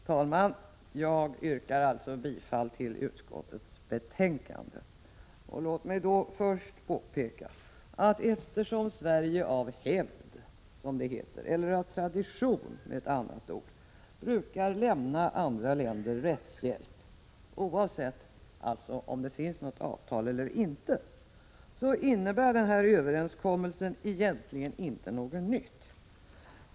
Herr talman! Jag yrkar alltså bifall till utskottets hemställan. Låt mig få påpeka att eftersom Sverige av hävd, som det heter, eller av tradition, med ett annat ord, brukar lämna andra länder rättshjälp, vare sig det finns något avtal eller inte, så innebär den här överenskommelsen egentligen ingenting nytt.